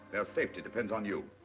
safety depends on you.